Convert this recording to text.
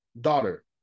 daughter